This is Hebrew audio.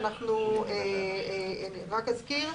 אני רק אזכיר,